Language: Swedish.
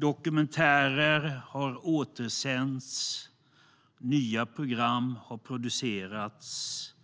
Dokumentärer har återutsänds. Nya program har producerats.